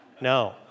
No